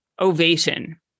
ovation